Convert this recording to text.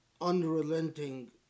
unrelenting